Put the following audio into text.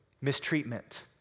mistreatment